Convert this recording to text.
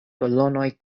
kolonoj